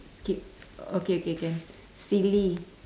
skip okay okay can silly